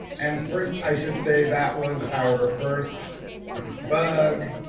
and first i should say that was our first bug.